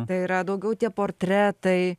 tai yra daugiau tie portretai